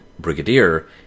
Brigadier